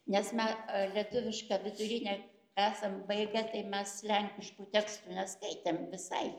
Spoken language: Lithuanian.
nes me lietuvišką vidurinę esam baigę tai mes lenkiškų tekstų neskaitėm visai